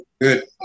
good